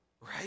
right